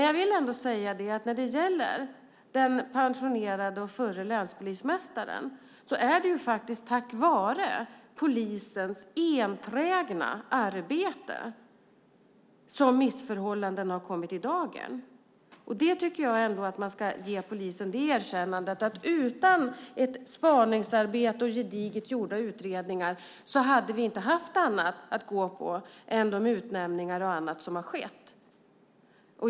Jag vill ändå säga att när det gäller den pensionerade förre länspolismästaren är det tack vare polisens enträgna arbete som missförhållandena har kommit i dagern. Jag tycker att man ska ge polisen det erkännandet att utan ett spaningsarbete och gediget gjorda utredningar hade vi inte haft annat att gå på än de utnämningar och annat som har skett.